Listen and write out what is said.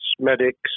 medics